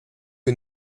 que